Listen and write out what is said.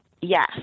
Yes